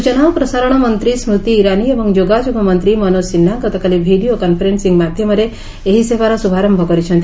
ସ୍ନଚନା ଓ ପ୍ରସାରଣ ମନ୍ତ୍ରୀ ସ୍ଚତି ଇରାନୀ ଏବଂ ଯୋଗାଯୋଗ ମନ୍ତ୍ରୀ ମନୋଜ ସିହ୍ନା ଗତକାଲି ଭିଡ଼ିଓ କନ୍ଫରେନ୍ସିଂ ମାଧ୍ୟମରେ ଏହି ସେବାର ଶୁଭାରମ୍ଭ କରିଛନ୍ତି